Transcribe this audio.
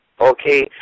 okay